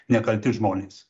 nekalti žmonės